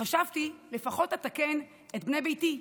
חשבתי, לפחות אתקן את בני ביתי,